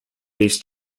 these